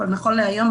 אבל נכון להיום,